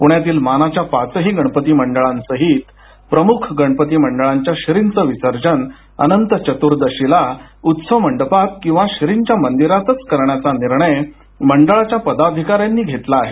पुण्यातील मानाच्या पाचही गणपती मंडळांसहीत प्रमुख गणपती मंडळांच्या श्रींचं विसर्जन अनंतचतुर्दशीला उत्सव मंडपात किंवा श्रींच्या मंदिरातच करण्याचा निर्णय मंडळाच्या पदाधिकाऱ्यांनी घेतला आहे